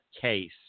case